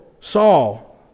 Saul